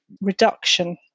reduction